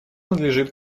надлежит